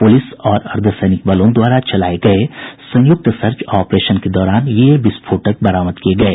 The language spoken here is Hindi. पुलिस और अर्द्वसैनिक बलों द्वारा चलाये गये संयुक्त सर्च ऑपरेशन के दौरान ये विस्फोटक बरामद किये गये